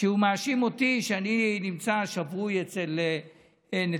והוא מאשים אותי שאני נמצא שבוי אצל נתניהו.